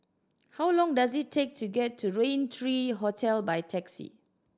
how long does it take to get to Rain Tree Hotel by taxi